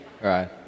Right